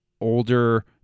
older